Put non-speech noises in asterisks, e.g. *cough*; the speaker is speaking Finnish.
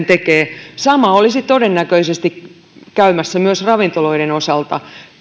*unintelligible* tekee sama olisi todennäköisesti käymässä myös ravintoloiden osalta